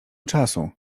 czasu